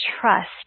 trust